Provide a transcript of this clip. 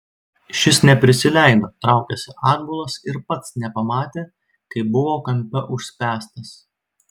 šis neprisileido traukėsi atbulas ir pats nepamatė kaip buvo kampe užspęstas